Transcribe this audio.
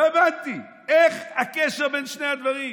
לא הבנתי מה הקשר בין שני הדברים.